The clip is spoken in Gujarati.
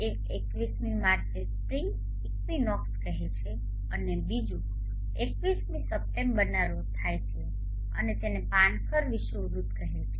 એક 21મી માર્ચે સ્પ્રિંગ ઇક્વિનોક્સ કહેવાય છે અને બીજું 21મી સપ્ટેમ્બરના રોજ થાય છે અને તેને પાનખર વિષુવવૃત્ત કહેવામાં આવે છે